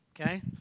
okay